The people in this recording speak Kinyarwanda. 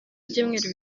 ibyumweru